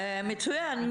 מצוין.